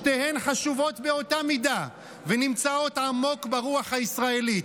שתיהן חשובות באותה מידה ונמצאות עמוק ברוח הישראלית: